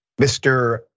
Mr